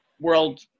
world